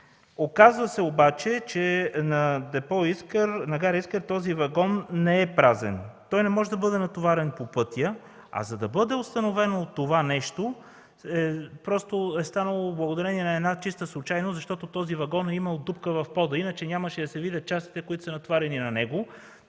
Оказва се обаче, че на депо „Искър”, на Гара Искър този вагон не е празен. Той не може да бъде натоварен по пътя, а за да бъде установено това нещо, то е станало благодарение на една чиста случайност. Този вагон е имал дупка в пода, иначе нямаше да се видят частите, които са натоварени на него.